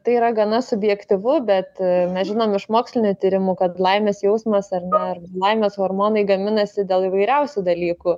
tai yra gana subjektyvu bet mes žinom iš mokslinių tyrimų kad laimės jausmas ar dar laimės hormonai gaminasi dėl įvairiausių dalykų